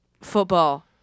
football